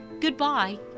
Goodbye